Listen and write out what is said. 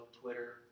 Twitter